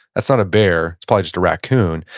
that's not a bear, it's probably just a raccoon.